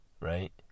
right